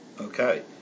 Okay